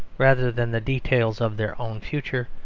rather than the details of their own future,